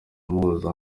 umuhuza